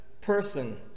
person